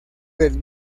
del